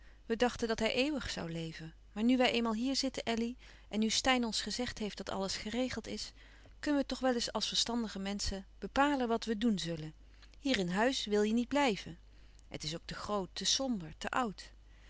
we dachten dat hij eeuwig zoû leven maar nu wij eenmaal hier zitten elly en nu steyn ons gezegd heeft dat alles geregeld is kunnen we toch wel eens als verstandige menschen bepalen wat we doen zullen hier in huis wil je niet blijven het is ook te groot te somber te oud